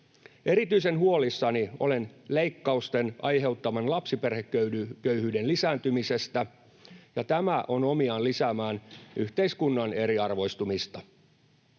Erityisen huolissani olen leikkausten aiheuttaman lapsiperheköyhyyden lisääntymisestä, ja tämä on omiaan lisäämään yhteiskunnan eriarvoistumista.